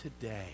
today